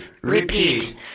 Repeat